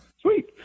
sweet